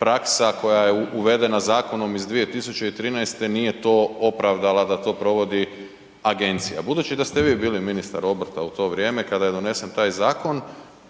praksa koja je uvedena Zakonom iz 2013. nije to opravdala da to provodi agencija. Budući da ste vi bili ministar obrta u to vrijeme kada je donesen taj zakon,